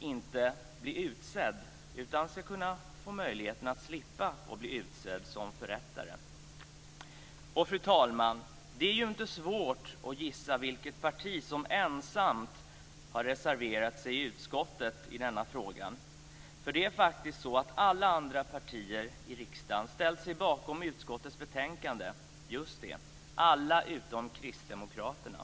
inte ha möjlighet att bli utsedd. Då ska personen ha möjlighet att slippa bli utsedd till förrättare. Fru talman! Det är ju inte svårt att gissa vilket parti som ensamt har reserverat sig i utskottet i denna fråga. För det är faktiskt så att alla partier i riksdagen har ställt sig bakom utskottets betänkande utom - just det - Kristdemokraterna.